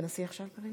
תנסי עכשיו, קארין.